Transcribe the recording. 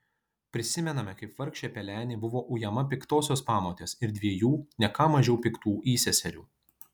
prisimename kaip vargšė pelenė buvo ujama piktosios pamotės ir dviejų ne ką mažiau piktų įseserių